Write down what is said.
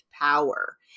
power